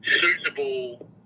suitable